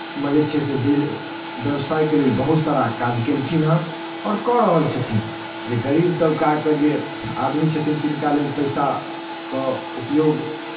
मे जे छै से व्यस व्यवसायके लेल बहुत सारा काज केलखिन हेँ आओर कऽ रहल छथिन जे गरीब तबकाके जे आदमी छथिन तिनका लेल पैसा के उपयोग